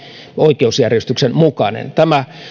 oikeusjärjestyksen mukainen tämä